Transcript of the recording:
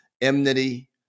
enmity